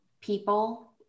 people